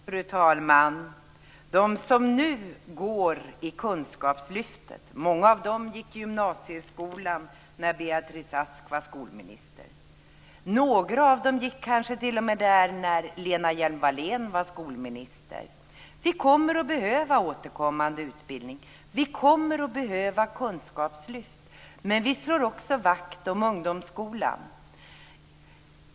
Fru talman! Många av dem som nu går i Kunskapslyftet gick i gymnasieskolan när Beatrice Ask var skolminister. Några av dem gick kanske t.o.m. där när Lena Hjelm-Wallén var skolminister. Vi kommer att behöva återkommande utbildning. Vi kommer att behöva kunskapslyft, men vi slår också vakt om ungdomsskolan.